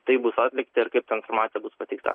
tai bus atlikta ir kaip ta informacija bus pateikta